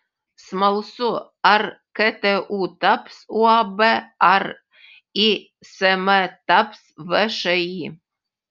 smalsu ar ktu taps uab ar ism taps všį